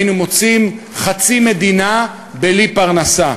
היינו מוצאים חצי מדינה בלי פרנסה.